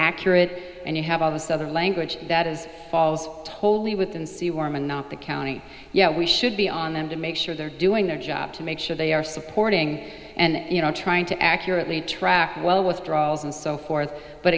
accurate and you have all this other language that is falls wholly within c warman not the county yeah we should be on them to make sure they're doing their job to make sure they are supporting and you know trying to accurately track well withdrawals and so forth but